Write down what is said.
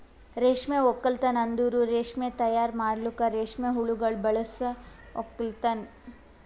ರೇಷ್ಮೆ ಒಕ್ಕಲ್ತನ್ ಅಂದುರ್ ರೇಷ್ಮೆ ತೈಯಾರ್ ಮಾಡಲುಕ್ ರೇಷ್ಮೆ ಹುಳಗೊಳ್ ಬಳಸ ಒಕ್ಕಲತನ